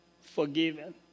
forgiven